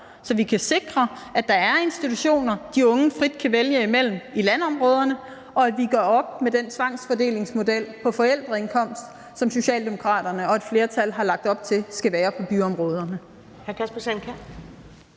så vi kan sikre, at der er institutioner, de unge kan vælge frit imellem i landområderne, og at vi gør op med den tvangsfordelingsmodel efter forældreindkomst, som Socialdemokraterne og et flertal har lagt op til der skal være for byområderne.